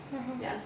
(uh huh)